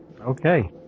Okay